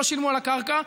לא שילמו על הקרקע,